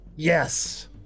Yes